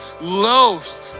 loaves